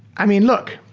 i mean, look,